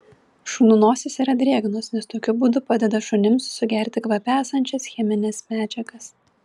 šunų nosys yra drėgnos nes tokiu būdu padeda šunims sugerti kvape esančias chemines medžiagas